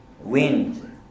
wind